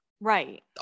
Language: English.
right